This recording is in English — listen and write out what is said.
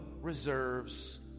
reserves